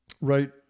right